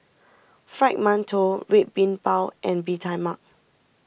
Fried Mantou Red Bean Bao and Bee Tai Mak